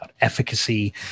efficacy